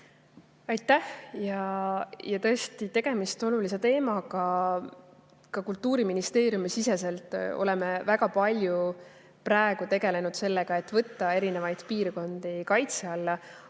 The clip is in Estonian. Aitäh! Tõesti, tegemist on olulise teemaga. Kultuuriministeeriumi-siseselt oleme väga palju praegu tegelenud sellega, et võtta eri piirkondi kaitse alla.